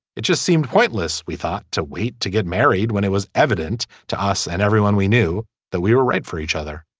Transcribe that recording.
it just seemed pointless. we thought to wait to get married when it was evident to us and everyone we knew that we were right for each other.